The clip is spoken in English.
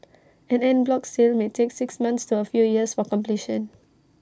an en bloc sale may take six months to A few years for completion